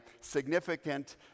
significant